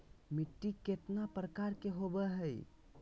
मिट्टी केतना प्रकार के होबो हाय?